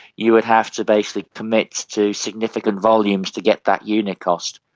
you would have to basically commit to significant volumes to get that unit cost.